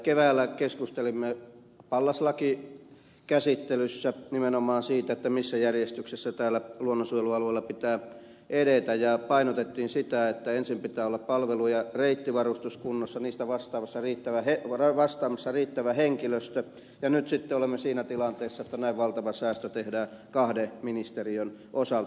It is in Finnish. keväällä keskustelimme pallas lakikäsittelyssä nimenomaan siitä missä järjestyksessä täällä luonnonsuojelualueella pitää edetä ja painotettiin sitä että ensin pitää olla palvelu ja reittivarustus kunnossa niistä vastaamassa riittävä hehkuva taivasta on se riittävä henkilöstö ja nyt sitten olemme siinä tilanteessa että näin valtava säästö tehdään kahden ministeriön osalta